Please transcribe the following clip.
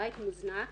בית מוזנח.